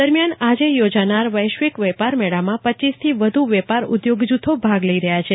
દરમિયાન આજે યોજાનાર વૈશ્વિક વેપાર મેળામાં રપ થી વધ્ વેપાર ઉદ્યોગ જૂથો ભાગ લઇ રહ્યા છે